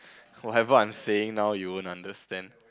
whatever I'm saying now you won't understand